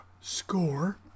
score